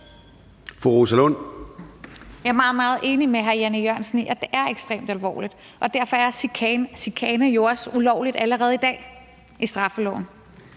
Rosa Lund (EL): Jeg er meget, meget enig med hr. Jan E. Jørgensen i, at det er ekstremt alvorligt, og derfor er chikane jo også ulovligt allerede i dag ifølge straffeloven.